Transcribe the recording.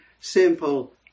simple